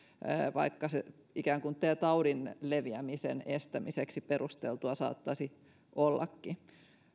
vaikka se tämän taudin leviämisen estämiseksi perusteltua saattaisi ollakin